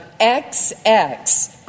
XX